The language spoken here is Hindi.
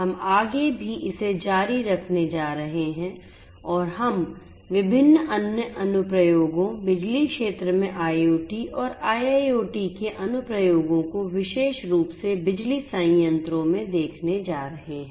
हम आगे भी इसे जारी रखने जा रहे हैं और हम विभिन्न अन्य अनुप्रयोगों बिजली क्षेत्र में IoT और IIoT के अनुप्रयोगों को विशेष रूप से बिजली संयंत्रों में देखने जा रहे हैं